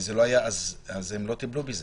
הם לא טיפלו בזה?